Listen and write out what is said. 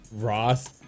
Ross